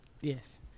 Yes